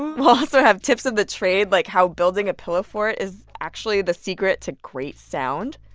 we'll also have tips of the trade, like how building a pillow fort is actually the secret to create sound.